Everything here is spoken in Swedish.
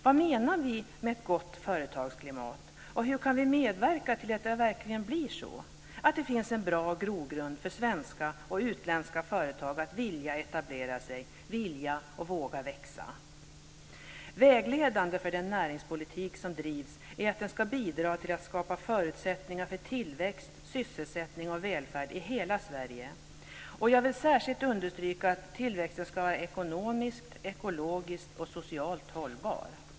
Vad menar vi med ett gott företagsklimat, och hur kan vi medverka till att det verkligen blir ett sådant, så att det blir en bra grogrund för svenska och utländska företag att etablera sig, att vilja och våga växa? Vägledande för den näringspolitik som drivs är att den ska bidra till att skapa förutsättningar för tillväxt, sysselsättning och välfärd i hela Sverige. Jag vill särskilt understryka att tillväxten ska vara ekonomiskt, ekologiskt och socialt hållbar.